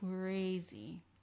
crazy